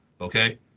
Okay